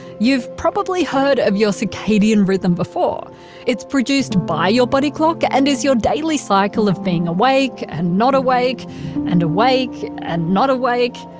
you've probably heard of your circadian rhythm before it's produced by your body clock and is your daily cycle of being awake and not awake and awake and not awake.